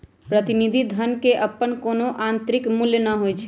प्रतिनिधि धन के अप्पन कोनो आंतरिक मूल्य न होई छई